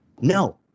no